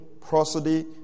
prosody